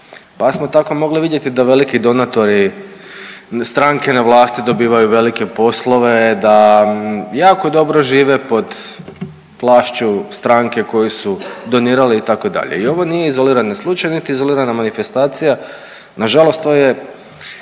Pa smo tako mogli vidjeti da veliki donatori, stranke na vlasti dobivaju velike poslove, da jako dobro žive pod plašću stranke koju su donirali itd. I ovo nije izolirani slučaj, niti izolirana manifestacija, nažalost to je